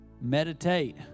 meditate